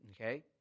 Okay